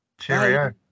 Cheerio